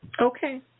Okay